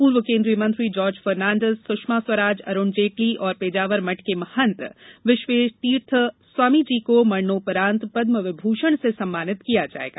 पूर्व केन्द्रीय मंत्री जॉर्ज फर्नान्डीस सुषमा स्वराज अरूण जेटली और पेजावर मठ के महंत विश्वेषतीर्थ स्वामी जी को मरणोपरांत पदम विष्णण से सम्मानित किया जाएगा